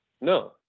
No